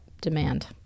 demand